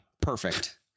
perfect